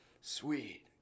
sweet